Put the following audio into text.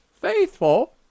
faithful